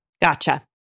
Gotcha